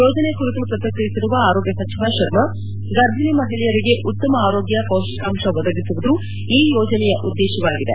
ಯೋಜನೆ ಕುರಿತು ಪ್ರತಿಕ್ರಿಯಿಸಿರುವ ಆರೋಗ್ಯ ಸಚಿವ ಶರ್ಮಾ ಗರ್ಭೀಣಿ ಮಹಿಳೆಯರಿಗೆ ಉತ್ತಮ ಆರೋಗ್ಕ ಪೌಷ್ಟಿಕಾಂಶ ಒದಗಿಸುವುದು ಈ ಯೋಜನೆಯ ಉದ್ದೇಶವಾಗಿದೆ